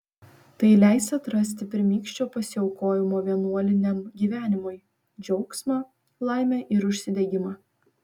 tai leis atrasti pirmykščio pasiaukojimo vienuoliniam gyvenimui džiaugsmą laimę ir užsidegimą